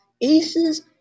aces